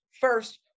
first